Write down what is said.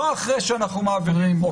לא אחרי שאנחנו מעבירים,